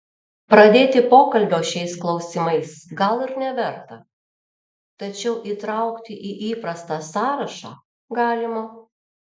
pradėti pokalbio šiais klausimais gal ir neverta tačiau įtraukti į įprastą sąrašą galima